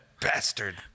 Bastard